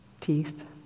teeth